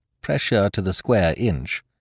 pressure-to-the-square-inch